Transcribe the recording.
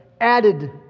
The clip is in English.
added